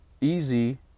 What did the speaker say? easy